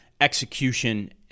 execution